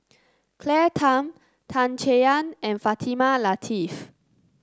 Claire Tham Tan Chay Yan and Fatimah Lateef